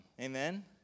Amen